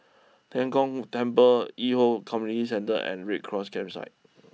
Tian Kong Temple Hwi Yoh Community Centre and Red Cross Campsite